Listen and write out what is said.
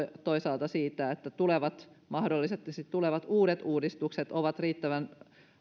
toisaalta siitä että mahdollisesti tulevat uudet uudistukset ovat riittävän